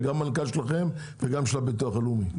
גם המנכ"ל שלכם וגם של הביטוח הלאומי.